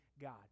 God